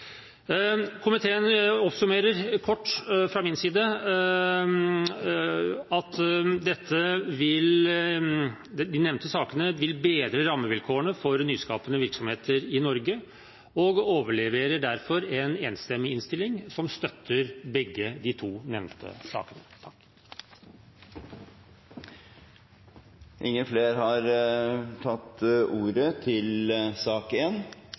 Komiteen oppsummerer det slik at de nevnte sakene vil bedre rammevilkårene for nyskapende virksomheter i Norge, og komiteen overleverer derfor enstemmige innstillinger i begge de to nevnte sakene. Flere har ikke bedt om ordet til sak